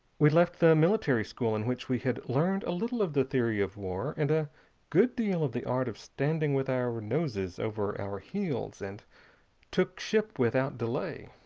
we left the military school in which we had learned a little of the theory of war, and a good deal of the art of standing with our noses over our heels, and took ship without delay.